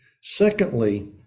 Secondly